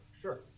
Sure